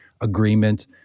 agreement